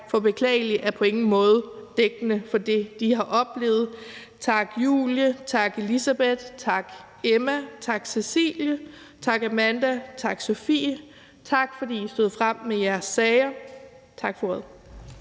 beklagelig er på ingen måde dækkende for det, de har oplevet. Tak, Julie; tak, Elisabeth; tak, Emma; tak, Cecilie; tak, Amanda; og tak, Sofie. Tak, fordi I stod frem med jeres sager. Tak for ordet.